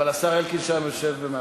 השר אלקין יושב שם מההתחלה.